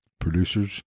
producers